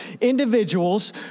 individuals